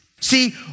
See